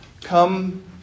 come